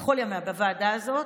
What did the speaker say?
בכל ימי הוועדה הזאת,